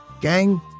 Gang